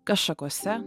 kas šakose